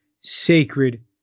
sacred